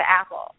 apple